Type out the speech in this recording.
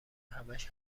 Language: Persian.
همش